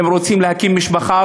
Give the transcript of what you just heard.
הם רוצים להקים משפחה,